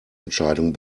entscheidung